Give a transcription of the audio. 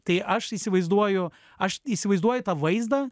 tai aš įsivaizduoju aš įsivaizduoju tą vaizdą